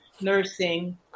nursing